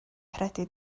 credu